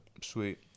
Sweet